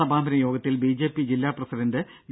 സമാപന യോഗത്തിൽ ബിജെപി ജില്ലാ പ്രസിഡന്റ് വി